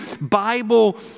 Bible